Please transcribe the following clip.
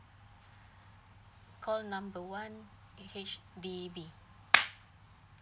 call number one d H_D_B